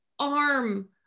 arm